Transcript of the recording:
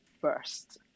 first